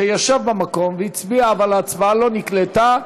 שישב במקום והצביע אבל ההצבעה לא נקלטה.